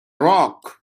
rock